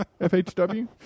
FHW